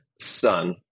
son